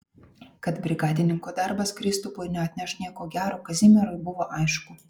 kad brigadininko darbas kristupui neatneš nieko gero kazimierui buvo aišku